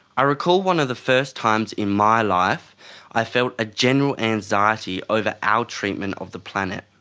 i recall one of the first times in my life i felt a general anxiety over our treatment of the planet.